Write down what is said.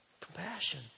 compassion